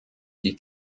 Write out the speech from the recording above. die